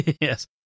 Yes